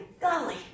golly